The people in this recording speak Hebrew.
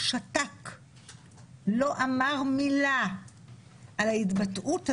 לא אמר מילה על ההתבטאות הזאת,